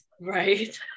Right